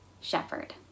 shepherd